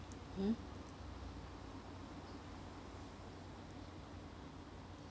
hmm